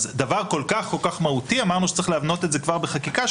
אמרנו שצריך להבנות דבר כול כך מהותי כבר בחקיקה,